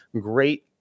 great